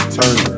turn